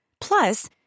Plus